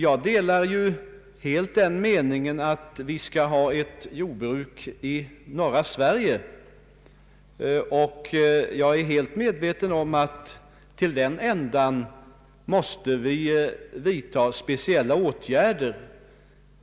Jag delar helt den meningen att vi skall ha ett jordbruk i norra Sverige, och jag är helt medveten om att vi därför måste vidta speciella åtgärder.